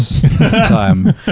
time